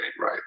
right